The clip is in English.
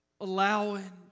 allowing